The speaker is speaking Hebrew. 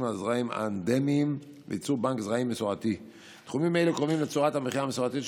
על זרעים אנדמיים וייצור בנק זרעים מסורתי.